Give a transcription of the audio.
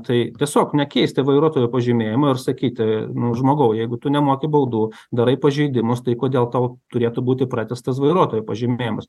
tai tiesiog nekeisti vairuotojo pažymėjimo ir sakyti nu žmogau jeigu tu nemoki baudų darai pažeidimus tai kodėl tau turėtų būti pratęstas vairuotojo pažymėjimas